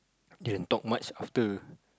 can talk much after